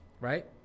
Right